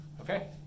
Okay